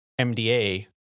MDA